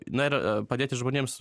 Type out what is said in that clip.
na ir padėti žmonėms